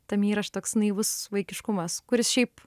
tam įraše toks naivus vaikiškumas kuris šiaip